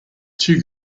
two